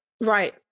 right